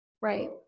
Right